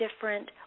different